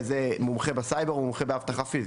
מומחה סייבר או מומחה באבטחה פיזית?